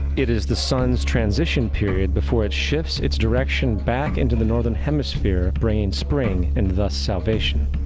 it is the sun's transition period before it shifts its direction back into the northern hemisphere, bringing spring, and thus salvation.